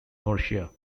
murcia